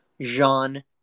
Jean